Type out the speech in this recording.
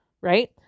Right